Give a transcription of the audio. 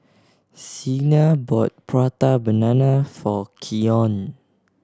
Siena bought Prata Banana for Keyon